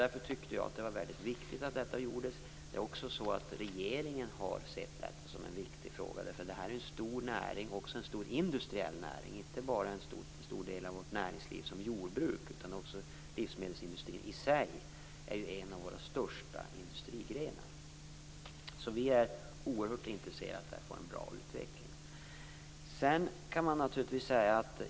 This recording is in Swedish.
Därför tyckte jag att det var mycket viktigt att detta gjordes. Regeringen har också sett detta som en viktig fråga. Detta är en stor industriell näring. Det handlar inte bara om att jordbruket är en stor del av vårt näringsliv, utan också om att livsmedelsindustrin i sig är en av våra största industrigrenar. Vi är oerhört intresserade av att få en bra utveckling här.